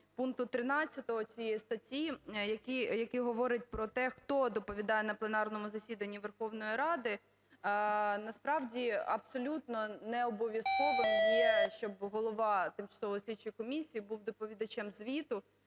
пункту 13 цієї статті, які говорить про те, хто доповідає на пленарному засіданні Верховної Ради. Насправді абсолютно не обов'язковим є, щоб голова тимчасової слідчої комісії був доповідачем звіту.